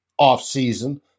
offseason